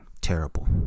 Terrible